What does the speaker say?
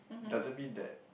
doesn't mean that